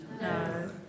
no